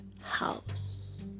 house